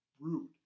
Rude